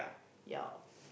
ya